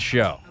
Show